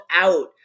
out